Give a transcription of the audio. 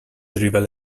drivel